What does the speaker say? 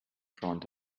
front